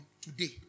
today